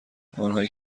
آنهایی